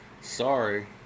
sorry